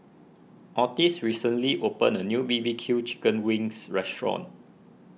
Ottis recently opened a new B B Q Chicken Wings restaurant